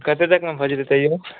कतेक तकमे भऽ जेतै तैयो